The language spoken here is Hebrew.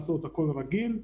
במוסדות גריאטריים,